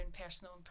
personal